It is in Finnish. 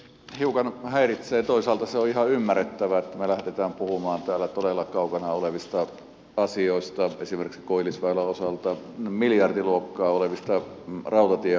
hiukan häiritsee toisaalta se on ihan ymmärrettävää että me lähdemme täällä puhumaan todella kaukana olevista asioista esimerkiksi koillisväylän osalta miljardiluokkaa olevista rautatiehankkeista